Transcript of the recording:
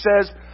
says